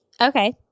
Okay